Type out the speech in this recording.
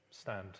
stand